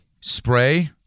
Spray